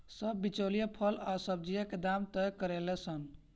सब बिचौलिया फल आ सब्जी के दाम तय करेले सन